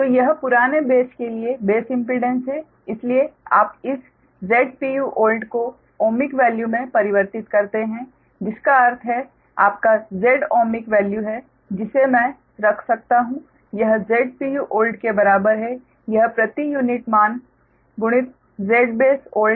तो यह पुराने बेस के लिए बेस इम्पीडेंस है इसलिए आप इस Zpuold को ओमिक वैल्यू में परिवर्तित करते हैं जिसका अर्थ है आपका Z ओमिक वैल्यू है जिसे मैं रख सकता हूं यह Zpuold के बराबर है यह प्रति यूनिट मान गुणित Zbaseold है